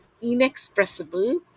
inexpressible